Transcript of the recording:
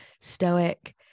stoic